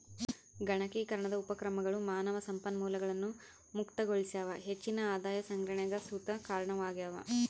ಗಣಕೀಕರಣದ ಉಪಕ್ರಮಗಳು ಮಾನವ ಸಂಪನ್ಮೂಲಗಳನ್ನು ಮುಕ್ತಗೊಳಿಸ್ಯಾವ ಹೆಚ್ಚಿನ ಆದಾಯ ಸಂಗ್ರಹಣೆಗ್ ಸುತ ಕಾರಣವಾಗ್ಯವ